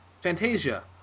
Fantasia